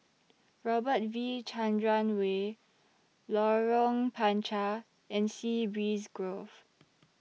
Robert V Chandran Way Lorong Panchar and Sea Breeze Grove